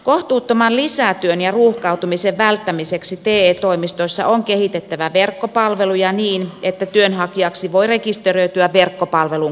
kohtuuttoman lisätyön ja ruuhkautumisen välttämiseksi te toimistoissa on kehitettävä verkkopalveluja niin että työnhakijaksi voi rekisteröityä verkkopalvelun kautta